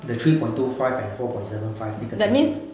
the three point two five and four point seven five 那个点